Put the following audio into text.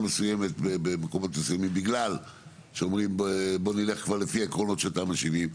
מסוימים בגלל שאומרים בוא נלך כבר לפי העקרונות של תמ"א 70,